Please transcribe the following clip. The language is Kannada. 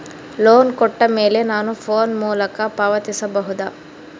ಲೋನ್ ಕೊಟ್ಟ ಮೇಲೆ ನಾನು ಫೋನ್ ಮೂಲಕ ಪಾವತಿಸಬಹುದಾ?